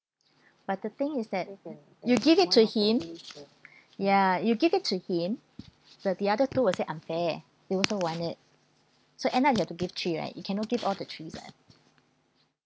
but the thing is that you give it to him ya you give it to him but the other two will say unfair they also want it so end up you have to give three right you cannot give all the three leh